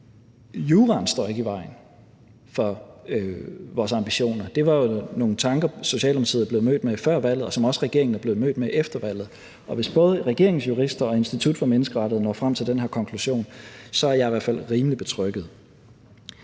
juraen ikke står i vejen for vores ambitioner. Det var nogle tanker, som Socialdemokratiet er blevet mødt med før valget, og som regeringen også er blevet mødt med efter valget. Og hvis både regeringens jurister og Institut for Menneskerettigheder når frem til den her konklusion, er jeg i hvert fald rimelig betrygget.